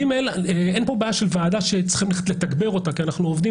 אין כאן בעיה של ועדה שצריך לתגבר אותה כי אנחנו עובדים